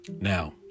now